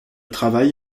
travail